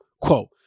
Quote